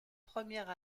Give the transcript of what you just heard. première